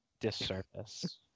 disservice